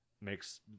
makes